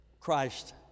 Christ